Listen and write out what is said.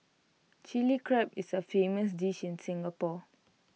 Chilli Crab is A famous dish in Singapore